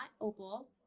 Opal